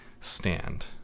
stand